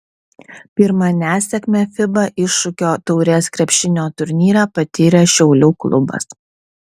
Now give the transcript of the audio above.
pirmą nesėkmę fiba iššūkio taurės krepšinio turnyre patyrė šiaulių klubas